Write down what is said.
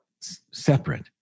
separate